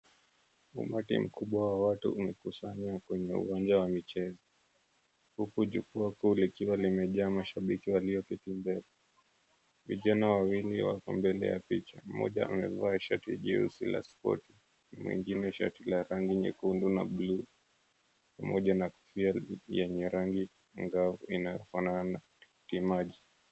Umati mkubwa wa watu umekusanywa katika uwanja wa michezo huku jukwaa kuu ikiwa imejaa mashabiki walioketi mbele. Vijana wawili wapo mbele ya picha, mmoja amevaa shati jeusi la spoti na mwingine shati la rangi nyekundu na blue pamoja na kofia yenye rangi angavu inayofanana na tikiti maji.